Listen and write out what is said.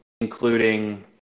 including